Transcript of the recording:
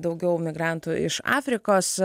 daugiau migrantų iš afrikos